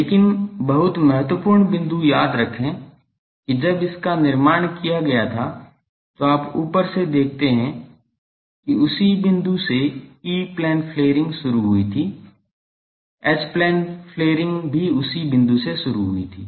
लेकिन बहुत महत्वपूर्ण बिंदु याद रखें कि जब इसका निर्माण किया गया था तो आप ऊपर से देखते हैं कि उसी बिंदु से ई प्लेन फ्लेरिंग शुरू हुई थी एच प्लेन फ्लेयरिंग भी उसी बिंदु से शुरू हुई थी